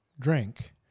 Drink